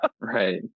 Right